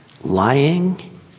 lying